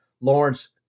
Lawrence